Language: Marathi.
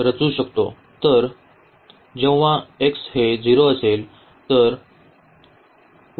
तर जेव्हा x हे 0 असेल तर y हे 2 आहे